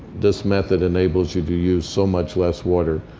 this method enables you to use so much less water.